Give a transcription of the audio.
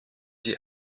die